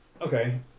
Okay